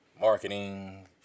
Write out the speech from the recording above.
marketing